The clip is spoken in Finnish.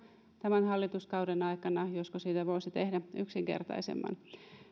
tämän hallituskauden aikana tulisi tarkastella josko siitä voisi tehdä yksinkertaisemman